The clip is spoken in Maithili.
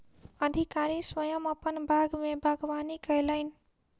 अधिकारी स्वयं अपन बाग में बागवानी कयलैन